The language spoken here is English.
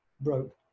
broke